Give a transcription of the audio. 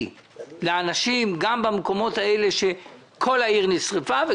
לאנשים שבאים ממקומות שנשרפו לחלוטין או